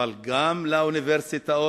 וגם לאוניברסיטאות,